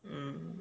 mm